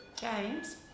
James